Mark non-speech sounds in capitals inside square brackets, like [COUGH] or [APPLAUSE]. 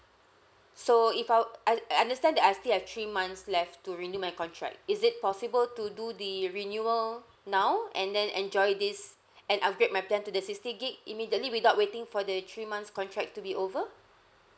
so if I were uh I I understand that I still have three months left to renew my contract is it possible to do the renewal now and then enjoy this [BREATH] and upgrade my plan to the sixty gigabyte immediately without waiting for the three months contract to be over